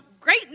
great